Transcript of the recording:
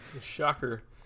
Shocker